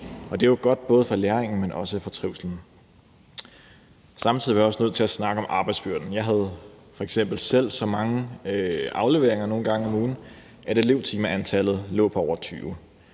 det er jo godt både for læringen og for trivslen. Samtidig er vi også nødt til at snakke om arbejdsbyrden. Jeg havde jo f.eks. selv nogle gange så mange afleveringer om ugen, at elevtimeantallet lå på over 20.